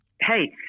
Hey